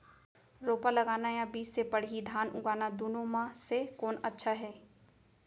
रोपा लगाना या बीज से पड़ही धान उगाना दुनो म से कोन अच्छा हे?